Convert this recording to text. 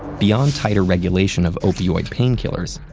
beyond tighter regulation of opioid painkillers,